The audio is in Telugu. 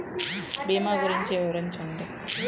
భీమా గురించి వివరించండి?